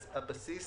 הבסיס